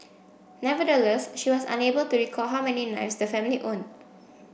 nevertheless she was unable to recall how many knives the family owned